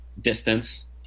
Distance